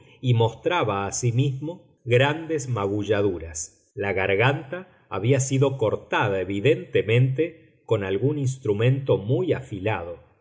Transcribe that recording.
y mostraba asimismo grandes magulladuras la garganta había sido cortada evidentemente con algún instrumento muy afilado